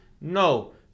No